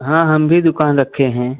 हाँ हम भी दुकान रखे हैं